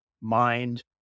mind